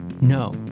No